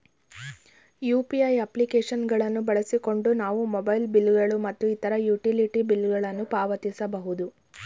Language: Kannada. ಯು.ಪಿ.ಐ ಅಪ್ಲಿಕೇಶನ್ ಗಳನ್ನು ಬಳಸಿಕೊಂಡು ನಾವು ಮೊಬೈಲ್ ಬಿಲ್ ಗಳು ಮತ್ತು ಇತರ ಯುಟಿಲಿಟಿ ಬಿಲ್ ಗಳನ್ನು ಪಾವತಿಸಬಹುದು